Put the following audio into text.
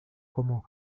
como